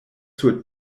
sur